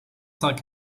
cinq